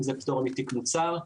אם זה פטור מתיק מוצר,